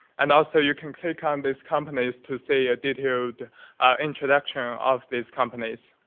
and also you can click on these companies to see a detailed introduction of these companies.